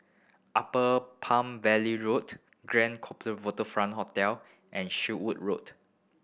Upper Palm Valley Road Grand Copthorne Waterfront Hotel and Sherwood Road